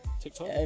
TikTok